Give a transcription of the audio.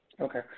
Okay